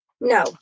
No